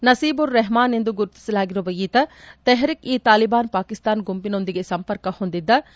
ನಸೀಬುರ್ ರೆಹಮಾನ್ ಎಂದು ಗುರುತಿಸಲಾಗಿರುವ ಈತ ತೆಹರಿಕ್ ಇ ತಾಲಿಬಾನ್ ಪಾಕಿಸ್ತಾನ್ ಗುಂಪಿನೊಂದಿಗೆ ಸಂಪರ್ಕ ಹೊಂದಿದ್ಲ